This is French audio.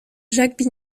jacques